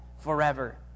forever